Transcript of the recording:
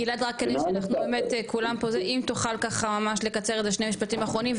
גלעד אם תוכל ככה ממש לקצר את זה שני משפטים האחרונים,